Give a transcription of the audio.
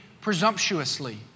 presumptuously